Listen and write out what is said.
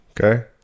Okay